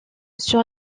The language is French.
sur